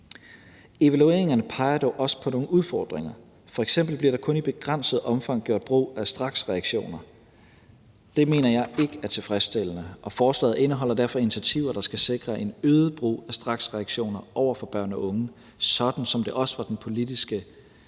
Evalueringerne peger dog også på nogle udfordringer, f.eks. bliver der kun i begrænset omfang gjort brug af straksreaktioner. Det mener jeg ikke er tilfredsstillende, og forslaget indeholder derfor initiativer, der skal sikre en øget brug af straksreaktioner over for børn og unge, sådan som det også var den politiske